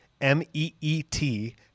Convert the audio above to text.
M-E-E-T